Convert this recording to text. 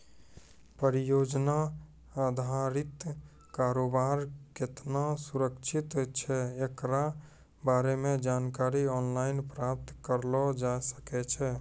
परियोजना अधारित कारोबार केतना सुरक्षित छै एकरा बारे मे जानकारी आनलाइन प्राप्त करलो जाय सकै छै